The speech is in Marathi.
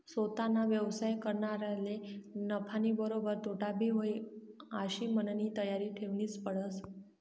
सोताना व्यवसाय करनारले नफानीबरोबर तोटाबी व्हयी आशी मननी तयारी ठेवनीच पडस